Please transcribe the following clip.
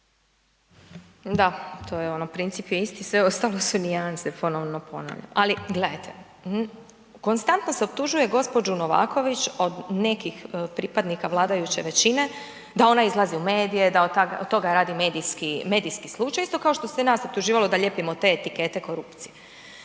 Da, to je ono princip je isti sve ostalo su nijanse, ponovno, ali gledajte konstantno se optužuje gospođu Novaković od nekih pripadnika vladajuće većine da ona izlazi u medije, da od toga radi medijski slučaj isto kao što se nas optuživalo da lijepimo te etikete korupcije.